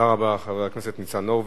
תודה רבה, חבר הכנסת ניצן הורוביץ.